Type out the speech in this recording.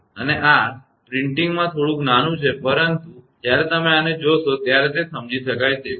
અને આ પ્રિન્ટિંગ થોડુંક નાનું છે પરંતુ જ્યારે તમે આને જોશો ત્યારે તે સમજી શકાય તેવું છે